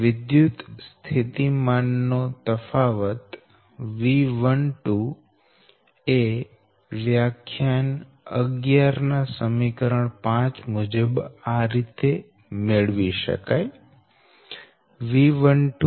વિદ્યુત સ્થિતિમાન નો તફાવત V12 એ વ્યાખ્યાન 11 ના સમીકરણ 5 મુજબ આ રીતે મેળવી શકાય